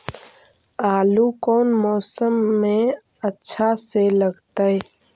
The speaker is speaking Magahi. आलू कौन मौसम में अच्छा से लगतैई?